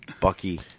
Bucky